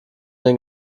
den